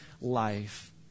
life